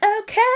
Okay